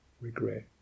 Regret